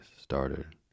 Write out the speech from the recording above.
started